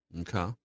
Okay